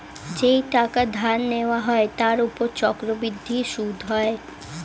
যেই টাকা ধার নেওয়া হয় তার উপর চক্রবৃদ্ধি সুদ হয়